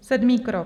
Sedmý krok.